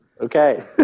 Okay